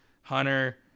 Hunter